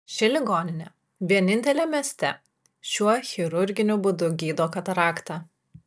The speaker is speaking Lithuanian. ši ligoninė vienintelė mieste šiuo chirurginiu būdu gydo kataraktą